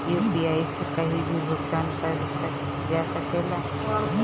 UPI से कहीं भी भुगतान कर जा सकेला?